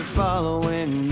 following